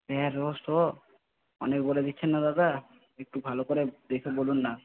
তেরোশো অনেক বলে দিচ্ছেন না দাদা একটু ভালো করে দেখে বলুন না